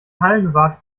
hallenwart